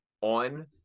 on